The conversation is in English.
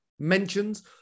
mentions